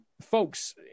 Folks